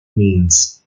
means